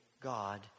God